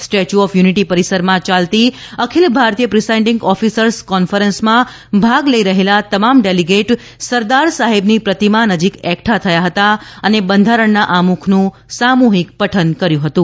Statue of Unity પરિસરમાં ચાલતી અખિલ ભારતીય પ્રિસાઈડિંગ ઓફિસર કોન્ફરન્સમાં ભાગ લઈ રહેલા તમામ ડેલીગેટ સરદાર સાહેબની પ્રતિમા નજીક એકઠા થયા હતા અને બંધારણના આમુખનું સામુહિક પઠન કર્યું હતું